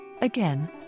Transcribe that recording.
Again